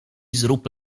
zrób